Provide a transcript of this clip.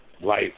life